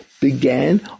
began